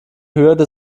hürde